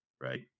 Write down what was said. right